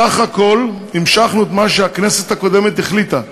בסך הכול המשכנו את מה שהכנסת הקודמת החליטה.